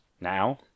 Now